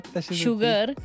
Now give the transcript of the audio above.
sugar